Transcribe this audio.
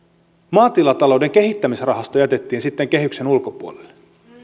maatilatalouden kehittämisrahasto jätettiin sitten kehyksen ulkopuolelle